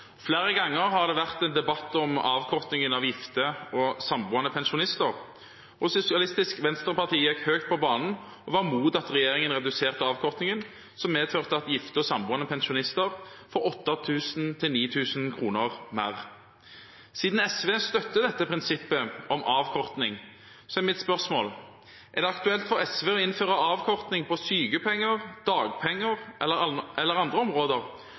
Flere ganger har det vært debatt om avkortingen for gifte og samboende pensjonister, og Sosialistisk Venstreparti gikk høyt på banen og var mot at regjeringen reduserte avkortingen, som medførte at gifte og samboende pensjonister får 8 000–9 000 kr mer. Siden SV støtter dette prinsippet om avkorting, er mitt spørsmål: Er det aktuelt for SV å innføre avkorting av sykepenger, dagpenger eller på andre områder,